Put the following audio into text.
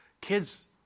kids